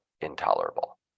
intolerable